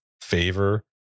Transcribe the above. favor